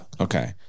Okay